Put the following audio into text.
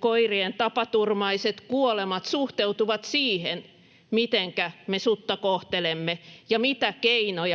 koirien tapaturmaiset kuolemat suhteutuvat siihen, mitenkä me sutta kohtelemme ja millä keinoin